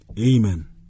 Amen